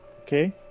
Okay